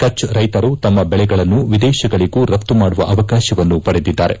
ಕಚ್ ರೈತರು ತಮ್ಮ ಬೆಳೆಗಳನ್ನು ವಿದೇಶಗಳಗೂ ರಫ್ತು ಮಾಡುವ ಅವಕಾಶವನ್ನು ಪಡೆದಿದ್ದಾರೆ